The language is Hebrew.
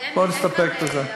בואו נסתפק בזה.